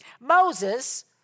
Moses